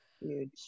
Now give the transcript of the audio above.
huge